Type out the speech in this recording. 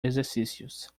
exercícios